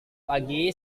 pagi